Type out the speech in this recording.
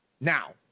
Now